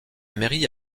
mairie